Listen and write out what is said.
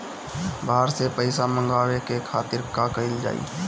बाहर से पइसा मंगावे के खातिर का कइल जाइ?